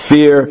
Fear